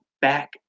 back